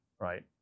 right